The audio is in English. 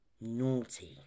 naughty